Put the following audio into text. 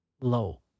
low